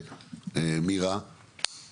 מירה,